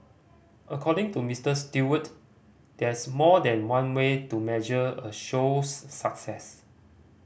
according to Mister Stewart there's more than one way to measure a show's success